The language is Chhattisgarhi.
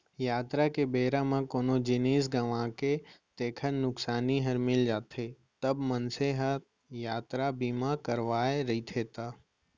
यातरा के बेरा म कोनो जिनिस गँवागे तेकर नुकसानी हर मिल जाथे, जब मनसे ह यातरा बीमा करवाय रहिथे ता